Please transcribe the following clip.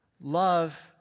love